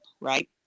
right